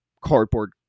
cardboard